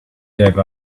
gave